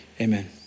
amen